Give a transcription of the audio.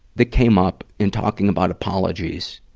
that came up in talking about apologies,